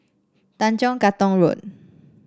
Tanjong Katong Road